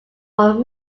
all